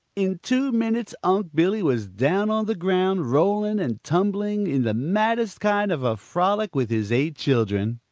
in two minutes unc' billy was down on the ground, rolling and tumbling in the maddest kind of a frolic with his eight children.